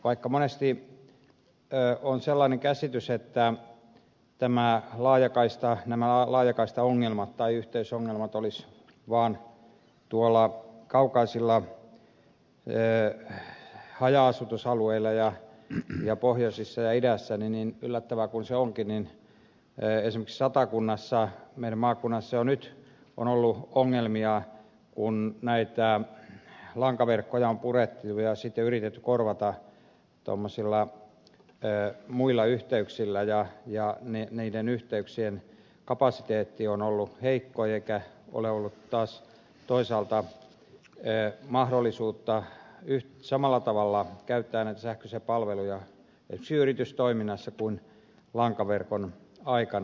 vaikka monesti on sellainen käsitys että nämä laajakaistaongelmat tai yhteysongelmat olisivat vaan tuolla kaukaisilla haja asutusalueilla ja pohjoisessa ja idässä niin niin yllättävää kuin se onkin niin esimerkiksi satakunnassa meidän maakunnassa jo nyt on ollut ongelmia kun näitä lankaverkkoja on purettu ja sitten yritetty korvata tuommoisilla muilla yhteyksillä ja niiden yhteyksien kapasiteetti on ollut heikko eikä ole ollut taas toisaalta mahdollisuutta samalla tavalla käyttää näitä sähköisiä palveluja esimerkiksi yritystoiminnassa kuin lankaverkon aikana